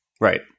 Right